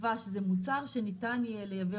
דבש זה מוצר שניתן יהיה לייבא